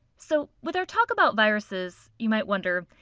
so with our talk about viruses, you might wonder,